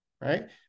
Right